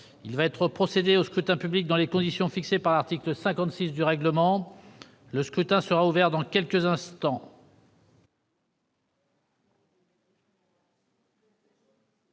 il va être procédé au scrutin public dans les conditions fixées par l'article 56 du règlement, le scrutin sera ouvert dans quelques instants.